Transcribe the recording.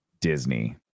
Disney